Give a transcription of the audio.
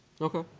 Okay